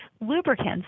Lubricants